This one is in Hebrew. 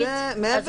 אבל היא הייתה ל-100.